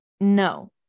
No